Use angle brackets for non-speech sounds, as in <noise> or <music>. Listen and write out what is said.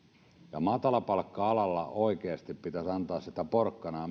ja matalapalkka alalla oikeasti pitäisi antaa sitä porkkanaa <unintelligible>